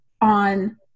on